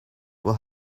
will